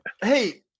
hey